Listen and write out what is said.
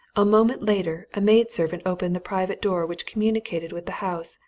a moment later a maid-servant opened the private door which communicated with the house,